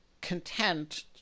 content